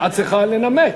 את צריכה לנמק,